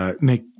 make